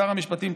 שר המשפטים,